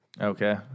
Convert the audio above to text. Okay